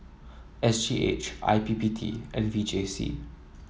S G H I P P T and V J C